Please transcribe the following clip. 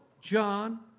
John